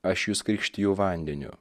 aš jus krikštiju vandeniu